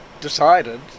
decided